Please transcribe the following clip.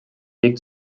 weg